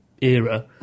era